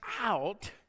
out